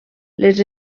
les